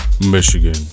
Michigan